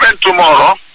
tomorrow